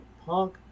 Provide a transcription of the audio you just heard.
Punk